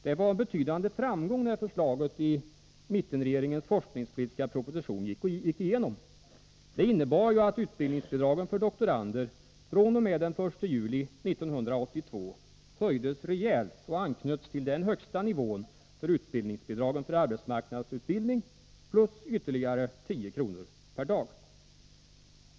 Det var en betydande framgång när förslaget i mittenregeringens forskningspolitiska proposition gick igenom. Det innebar att utbildningsbidragen för doktorander fr.o.m. den 1 juli 1982 höjdes rejält och anknöts till den högsta nivån för utbildningsbidragen för arbetsmarknadsutbildning plus ytterligare 10 kr. per dag.